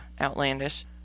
outlandish